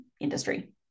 industry